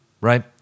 right